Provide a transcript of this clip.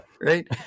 Right